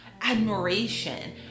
admiration